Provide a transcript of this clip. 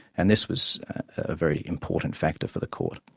and this was a very important factor for the court.